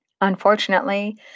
Unfortunately